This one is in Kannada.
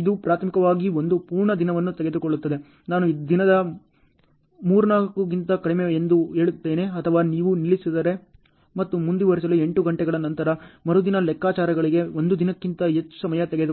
ಇದು ಪ್ರಾಥಮಿಕವಾಗಿ ಒಂದು ಪೂರ್ಣ ದಿನವನ್ನು ತೆಗೆದುಕೊಳ್ಳುತ್ತದೆ ನಾನು ದಿನದ ಮೂರ್ನಾಲ್ಕುಗಿಂತ ಕಡಿಮೆ ಎಂದು ಹೇಳುತ್ತೇನೆ ಅಥವಾ ನೀವು ನಿಲ್ಲಿಸಲು ಬಯಸಿದರೆ ಮತ್ತು ಮುಂದುವರಿಸಲು 8 ಗಂಟೆಗಳ ನಂತರ ಮರುದಿನ ಲೆಕ್ಕಾಚಾರಗಳಿಗೆ 1 ದಿನಕ್ಕಿಂತ ಹೆಚ್ಚು ಸಮಯ ತೆಗೆದುಕೊಳ್ಳುತ್ತದೆ